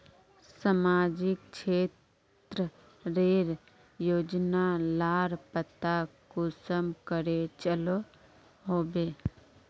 सामाजिक क्षेत्र रेर योजना लार पता कुंसम करे चलो होबे?